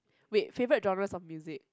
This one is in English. wait favourite genres of music